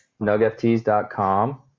nugfts.com